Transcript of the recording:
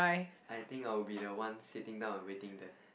I think I'll be the one sitting down and waiting there